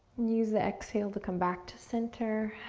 use the exhale to come back to center.